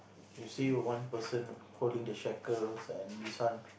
you say one person holding the shackles and this one